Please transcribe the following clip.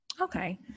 Okay